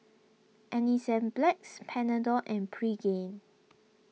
Enzyplex Panadol and Pregain